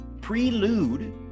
prelude